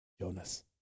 Jonas